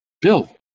Bill